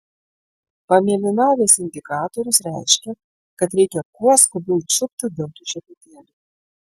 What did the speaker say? pamėlynavęs indikatorius reiškia kad reikia kuo skubiau čiupti dantų šepetėlį